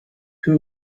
two